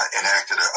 enacted